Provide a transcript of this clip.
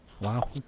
Wow